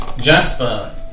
Jasper